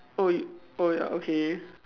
oh y~ oh ya okay